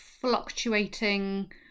fluctuating